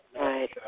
Right